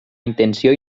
intenció